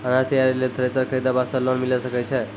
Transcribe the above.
अनाज तैयारी लेल थ्रेसर खरीदे वास्ते लोन मिले सकय छै?